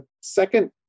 second